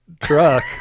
truck